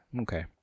Okay